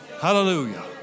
Hallelujah